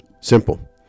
Simple